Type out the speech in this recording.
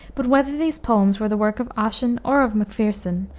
but whether these poems were the work of ossian or of macpherson,